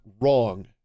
wrong